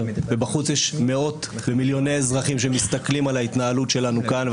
בחוץ יש מאות ומיליוני אזרחים שמסתכלים על ההתנהלות שלנו כאן,